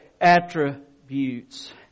attributes